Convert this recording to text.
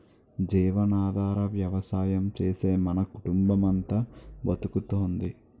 జీవనాధార వ్యవసాయం చేసే మన కుటుంబమంతా బతుకుతోంది